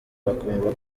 bakumva